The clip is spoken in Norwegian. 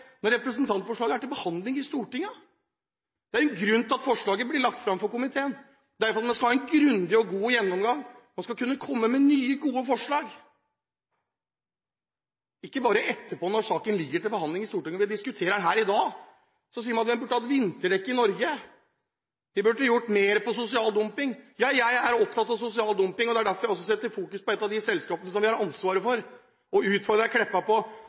når representantforslaget er til behandling i Stortinget? Det er en grunn til at forslaget blir lagt fram for komiteen, og det er at det skal ha en grundig og god gjennomgang. Man skal kunne komme med nye, gode forslag – ikke bare etterpå når saken ligger til behandling i Stortinget. Når vi diskuterer den her i dag, sier man at man burde hatt vinterdekk i Norge, og vi burde gjort mer på sosial dumping. Jeg er opptatt av sosial dumping, og det er derfor jeg også fokuserer på et av de selskapene som vi har ansvaret for, og vil utfordre Meltveit Kleppa: